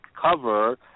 cover